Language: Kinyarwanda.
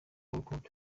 rukundo